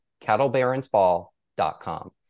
cattlebaronsball.com